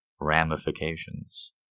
ramifications